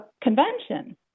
convention